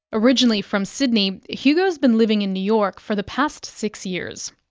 originally from sydney, hugo's been living in new york for the past six years.